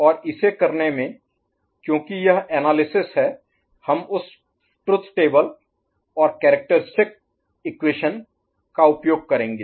और इसे करने में क्योंकि यह एनालिसिस है हम उस ट्रुथ टेबल और कैरेक्टरिस्टिक इक्वेशन का उपयोग करेंगे